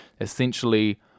essentially